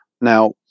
Now